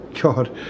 God